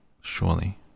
surely